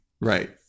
Right